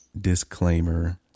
disclaimer